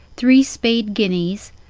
three spade guineas,